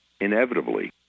inevitably